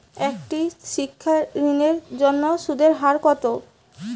একটি শিক্ষা ঋণের জন্য সুদের হার কত?